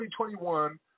2021